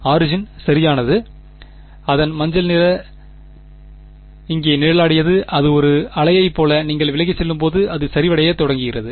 origin சரியானது அதன் மஞ்சள் நிற மஞ்சள் இங்கே நிழலாடியது அது ஒரு அலையைப் போல நீங்கள் விலகிச் செல்லும்போது அது சரிவடையத் தொடங்குகிறது